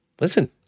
listen